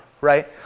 right